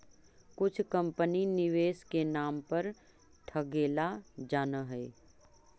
कुछ कंपनी निवेश के नाम पर ठगेला जानऽ हइ